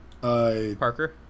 Parker